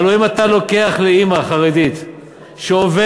הלוא אם אתה לוקח לאימא חרדית שעובדת,